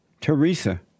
Teresa